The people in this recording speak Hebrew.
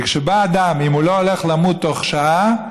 וכשבא אדם, אם הוא לא הולך למות בתוך שעה,